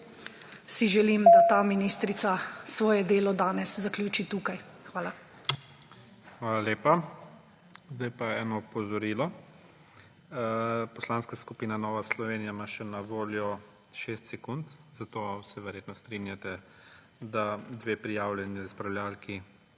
si želim, da ta ministrica svoje delo danes zaključi tukaj. Hvala. PREDSEDNIK IGOR ZORČIČ: Hvala lepa. Zdaj pa eno opozorilo. Poslanska skupina Nova Slovenija ima na voljo še 6 sekund, zato se verjetno strinjate, da dve prijavljeni razpravljavki